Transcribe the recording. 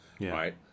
right